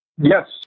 Yes